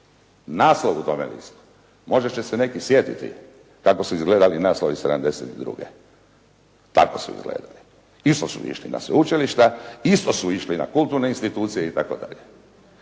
Naslov u tome listu. Možda će se neki sjetiti kako su izgledali naslovi '72. Tako su izgledali. Isto su išli na sveučilišta, isto su išli na kulturne institucije itd.